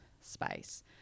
space